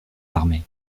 armée